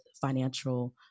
financial